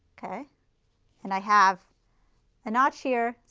okay and i have a notch here,